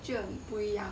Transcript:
就很不一样 lor